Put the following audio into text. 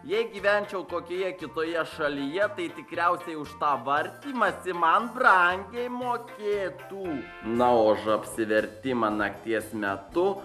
jei gyvenčiau kokioje kitoje šalyje tai tikriausiai už tą vartymąsi man brangiai mokėtų na o už apsivertimą nakties metu